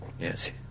Yes